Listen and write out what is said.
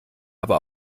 aber